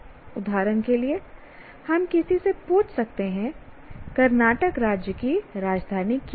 उदाहरण के लिए हम किसी से पूछ सकते हैं कर्नाटक राज्य की राजधानी क्या है